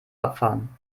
abfahren